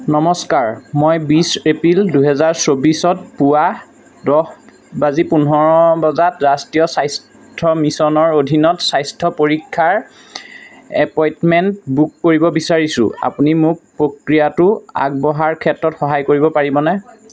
নমস্কাৰ মই বিছ এপ্ৰিল দুহেজাৰ চৌবিছত পুৱা দহ বাজি পোন্ধৰ বজাত ৰাষ্ট্ৰীয় স্বাস্থ্য মিছনৰ অধীনত স্বাস্থ্য পৰীক্ষাৰ এপইণ্টমেণ্ট বুক কৰিব বিচাৰিছোঁ আপুনি মোক প্ৰক্ৰিয়াটোত আগবঢ়াৰ ক্ষেত্ৰত সহায় কৰিব পাৰিবনে